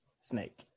snake